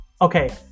Okay